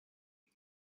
کنی